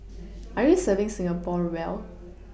are you serving Singapore well